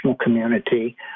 community